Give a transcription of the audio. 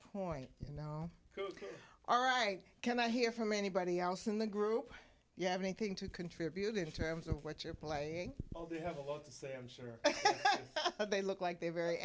point you know all right can i hear from anybody else in the group you have anything to contribute in terms of what you're playing oh they have a lot to say i'm sure they look like they're very